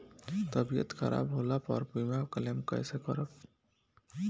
तबियत खराब होला पर बीमा क्लेम कैसे करम?